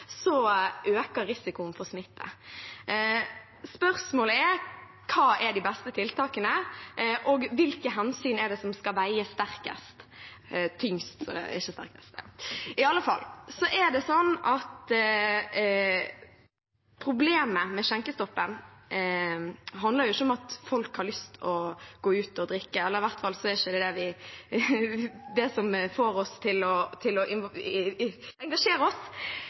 Spørsmålet er: Hva er de beste tiltakene, og hvilke hensyn skal veie tyngst? Problemet med skjenkestoppen handler ikke om at folk har lyst til å gå ut og drikke – det er i hvert fall ikke det som får oss til å